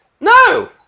No